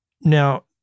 Now